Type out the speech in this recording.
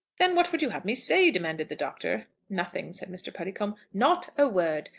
then what would you have me say? demanded the doctor. nothing, said mr. puddicombe not a word.